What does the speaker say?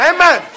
Amen